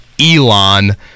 Elon